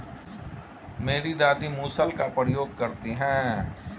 मेरी दादी मूसल का प्रयोग करती हैं